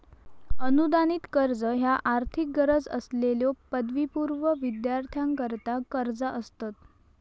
अनुदानित कर्ज ह्या आर्थिक गरज असलेल्यो पदवीपूर्व विद्यार्थ्यांकरता कर्जा असतत